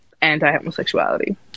anti-homosexuality